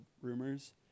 rumors